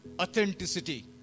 authenticity